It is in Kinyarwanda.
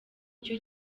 cyo